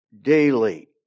daily